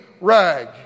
rag